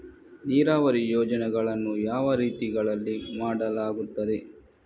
ನೀರಾವರಿ ಯೋಜನೆಗಳನ್ನು ಯಾವ ರೀತಿಗಳಲ್ಲಿ ಮಾಡಲಾಗುತ್ತದೆ?